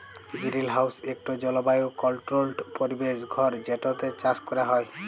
greenhouse ইকট জলবায়ু controlled পরিবেশ ঘর যেটতে চাষ ক্যরা হ্যয়